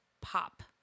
pop